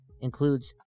includes